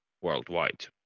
worldwide